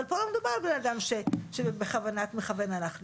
אבל פה לא מדובר באדם שבכוונת מכוון הלך לפגוע.